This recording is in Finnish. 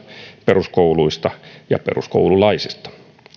peruskouluista ja peruskoululaisista